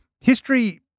history